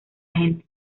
gente